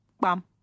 bam